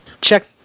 check